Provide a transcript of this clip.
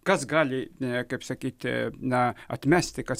kas gali ne kaip sakyti na atmesti kad